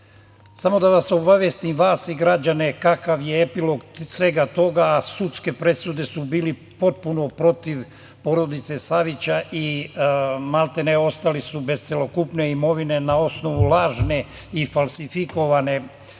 Samo da vas obavestim, vas i građane, kakav je epilog svega toga, a sudske presude su bile potpuno protiv porodice Savić i maltene ostali su bez celokupne imovine na osnovu lažne i falsifikovane